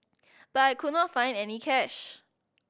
but I could not find any cash